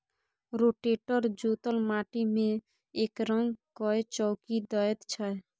rotator जोतल माटि मे एकरंग कए चौकी दैत छै